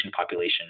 population